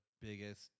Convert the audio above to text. biggest